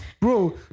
Bro